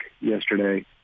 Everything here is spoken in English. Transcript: yesterday